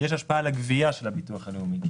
יש השפעה על הגבייה של הביטוח הלאומי כי